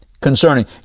concerning